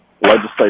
legislative